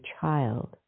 child